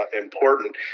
important